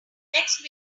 next